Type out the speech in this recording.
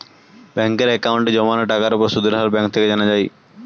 ব্যাঙ্কের অ্যাকাউন্টে জমানো টাকার উপর সুদের হার ব্যাঙ্ক থেকে জানা যায়